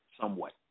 somewhat